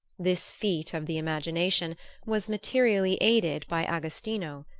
this feat of the imagination was materially aided by agostino,